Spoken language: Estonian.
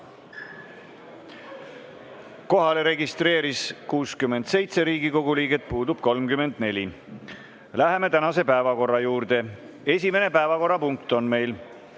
Kohalolijaks registreerus 67 Riigikogu liiget, puudub 34. Läheme tänase päevakorra juurde. Esimene päevakorrapunkt on meil